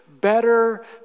better